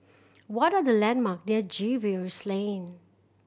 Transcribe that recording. what are the landmark near Jervois Lane